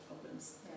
problems